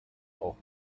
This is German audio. auch